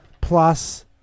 plus